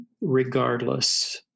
regardless